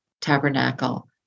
tabernacle